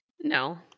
No